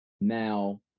Now